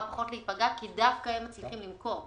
פחות להיפגע כי דווקא הם מצליחים למכור.